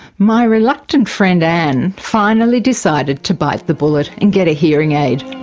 my reluctant friend anne finally decided to bite the bullet and get a hearing aid.